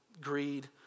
greed